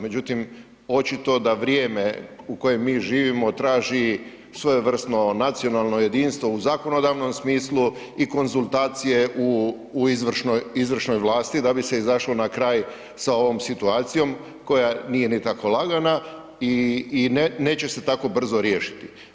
Međutim, očito da vrijeme u kojem mi živimo traži svojevrsno nacionalno jedinstvo u zakonodavnom smislu i konzultacije u izvršno vlasti da bi se izašlo na kraj sa ovom situacijom koja nije ni tako lagana i neće se tako brzo riješiti.